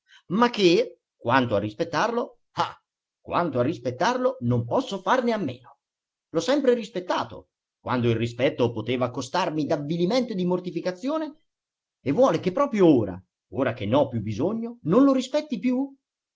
ma che quanto a rispettarlo ah quanto a rispettarlo non posso farne a meno l'ho sempre rispettato quando il rispetto poteva costarmi d'avvilimento e di mortificazione e vuole che proprio ora ora che n'ho più bisogno non lo rispetti più